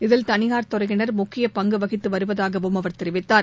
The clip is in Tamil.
இதில் தனியார் துறையினர் முக்கியபங்குவகித்துவருவதாகவும் அவர் கூறினார்